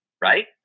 right